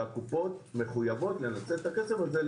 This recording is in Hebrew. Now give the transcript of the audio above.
והקופות מחויבות לנצל את הכסף הזה.